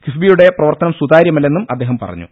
കിഫ്ബിയുടെ പ്രവർത്തനം സുതാര്യമല്ലെന്നും അദ്ദേഹം പറഞ്ഞു